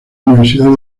universidad